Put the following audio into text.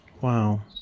Wow